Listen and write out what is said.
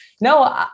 no